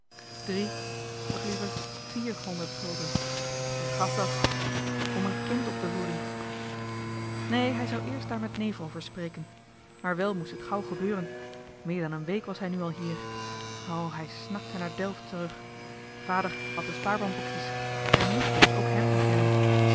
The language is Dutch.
of liever vier honderd gulden wat gaf dat om een kind op te voeden neen hij zou eerst daar met neef over spreken maar wel moest het gauw gebeuren johan de meester de zonde in het deftige dorp meer dan een week was hij nu al hier o hij snakte naar delft terug vader had de spaarbankboekjes hij mest er dus ook hem in kennen